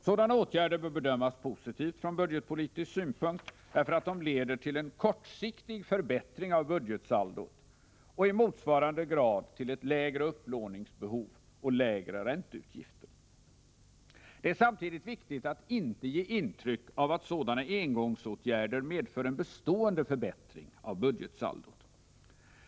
Sådana åtgärder bör bedömas positivt från budgetpolitisk synpunkt, därför att de leder till en kortsiktig förbättring av budgetsaldot och i motsvarande grad till ett lägre upplåningsbehov och lägre ränteutgifter. Det är samtidigt viktigt att inte ge intryck av att sådana engångsåtgärder medför en bestående förbättring av budgetsaldot.